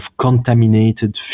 contaminated